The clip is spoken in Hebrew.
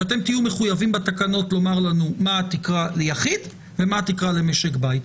שאתם תהיו מחויבים בתקנות לומר לנו מה התקרה ליחיד ומה התקרה למשק בית.